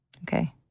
Okay